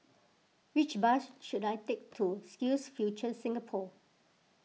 which bus should I take to SkillsFuture Singapore